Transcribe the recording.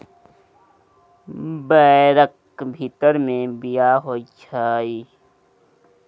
बैरक भीतर मे बीया होइ छै